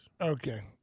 Okay